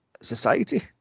society